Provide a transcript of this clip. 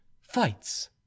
fights